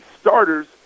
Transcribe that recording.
starters